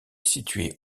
situé